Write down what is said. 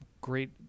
great